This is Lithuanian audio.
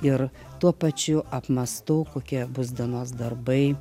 ir tuo pačiu apmąstau kokie bus dienos darbai